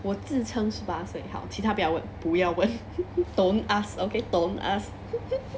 我自称十八岁好其他不要问不要问 don't ask okay don't ask